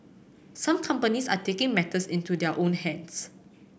some companies are taking matters into their own hands